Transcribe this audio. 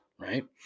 right